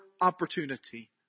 opportunity